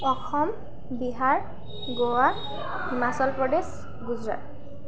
Assam Bihar Goa Himachal Pradesh Gujarat